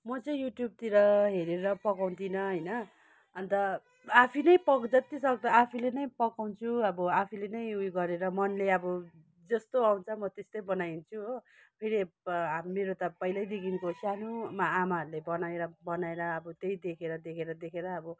म चाहिँ युट्युबतिर हेरेर पकाउँदिनँ होइन अन्त आफैँ नै पक जतिसक्दो आफैँले नै पकाउँछु अब आफैँले नै उयो गरेर मनले अब जस्तो आउँछ म त्यस्तै बनाइदिन्छु हो फेरि मेरो त पहिल्यैदेखिको सानोमा आमाहरूले बनाएर बनाएर अब त्यही देखेर देखेर देखेर अब